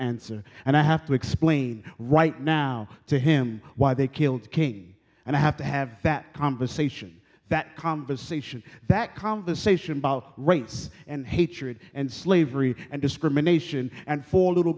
answer and i have to explain right now to him why they killed king and i have to have that conversation that conversation that conversation about race and hatred and slavery and discrimination and for little